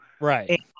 Right